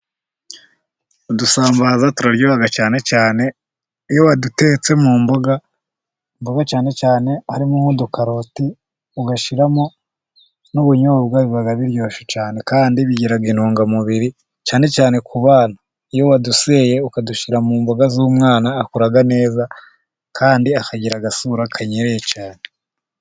Udusambaza turaryoha cyane cyane iyo badutetse mu mboga, imboga cyane cyane harimo nk'udukaroti ugashyiramo n'ubunyobwa, biba biryoshye cyane kandi bigira intungamubiri cyane cyane ku bana. Iyo waduseye ukadushyira mu mboga z'umwana akura neza, kandi akagira agasura kanyereye cyane.